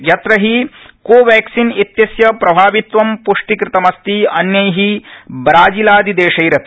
यत्र हि कोवम्र्सिन इत्यस्य प्रभावीत्वं प्ष्टि कृतमस्ति अन्या ब्राजिलादि देशप्रपि